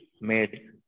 made